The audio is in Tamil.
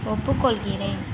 ஒப்புக்கொள்கிறேன்